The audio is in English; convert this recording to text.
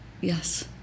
Yes